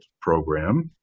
program